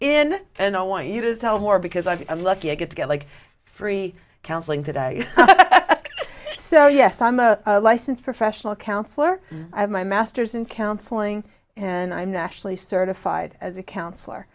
in and i want you to tell more because i'm lucky i get to get like free counseling today so yes i'm a licensed professional counselor i have my master's in counseling and i'm nationally certified as a counselor